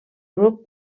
grup